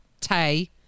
Tay